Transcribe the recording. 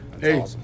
hey